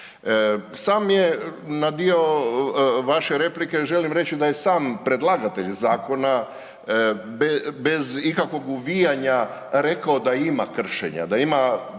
Sam je na dio vaše replike, želim reći da je sam predlagatelj zakona bez ikakvog uvijanja rekao da ima kršenja, da ima